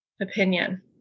opinion